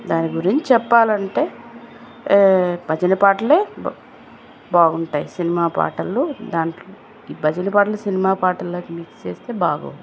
దాని గురించి చెప్పాలంటే భజన పాటలే బాగుంటాయి సినిమా పాటలు దానికి భజన పాటలు సినిమా పాటల్లోకి మిక్స్ చేస్తే బాగోవు